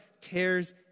tears